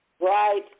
Right